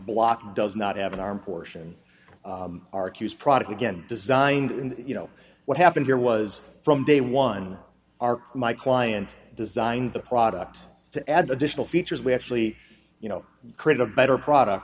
block does not have an arm portion argues product again designed and you know what happened here was from day one our my client designed the product to add additional features we actually you know create a better product